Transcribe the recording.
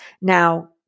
Now